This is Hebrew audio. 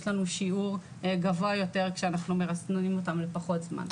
יש לנו שיעור גבוה יותר כשאנחנו מרסנים אותן לפחות זמן.